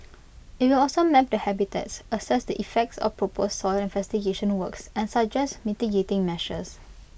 IT will also map the habitats assess the effects of proposed soil investigation works and suggest mitigating measures